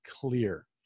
clear